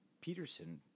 Peterson